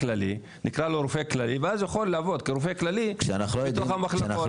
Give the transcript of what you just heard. נקרא לו רופא כללי ואז הוא יכול לעבוד כרופא כללי בתוך המחלקות.